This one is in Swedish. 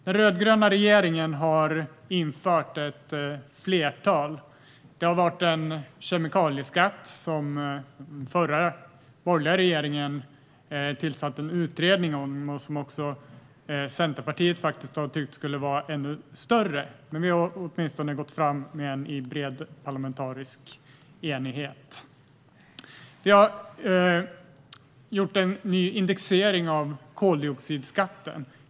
Den rödgröna regeringen har infört ett flertal skatter, till exempel en kemikalieskatt som den förra borgerliga regeringen tillsatte en utredning om och som Centerpartiet tyckte skulle vara ännu högre. Men vi har åtminstone gått fram med den i bred parlamentarisk enighet. Vi har gjort en ny indexering av koldioxidskatten.